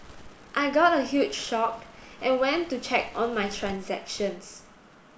I got a huge shocked and went to check on my transactions